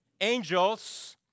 angels